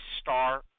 star